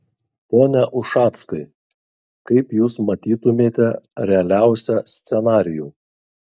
pone ušackai kaip jūs matytumėte realiausią scenarijų